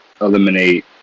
eliminate